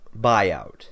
buyout